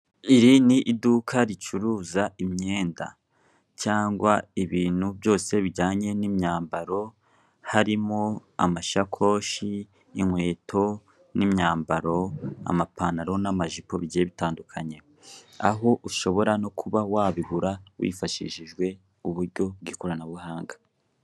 Iri ni iduka ricuruza imyenda cyangwa bintu byose bijyanye n'imyambaro, harimo amashakoshi, inketo, n'imyamboro amapantaro n'amajipo bigiye bitandukanye aho ushobora no kuba wabigura hifashishijwe ikoranabuhanga